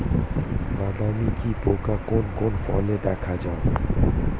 বাদামি কি পোকা কোন কোন ফলে দেখা যায়?